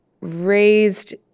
raised